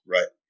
Right